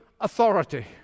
authority